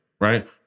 right